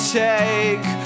take